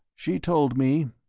she told me,